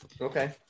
Okay